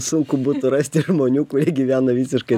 sunku būtų rasti žmonių kurie gyvena visiškai